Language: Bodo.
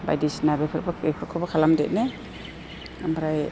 बायदिसिना बेफार बेफोरखौबो खालामदेरो ओमफ्राय